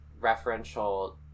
referential